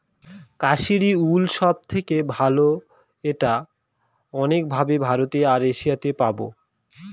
Kashmiri wool সব থেকে ভালো এটা অনেক ভাবে ভারতে আর এশিয়াতে পাবো